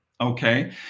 Okay